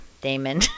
Damon